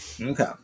Okay